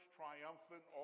triumphant